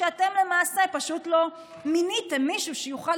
כשאתם למעשה לא מיניתם מישהו שיוכל